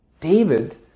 David